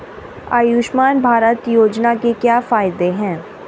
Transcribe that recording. आयुष्मान भारत योजना के क्या फायदे हैं?